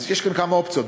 אז יש כאן כמה אופציות,